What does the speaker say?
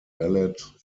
ballet